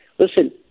listen